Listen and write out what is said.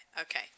okay